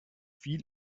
viel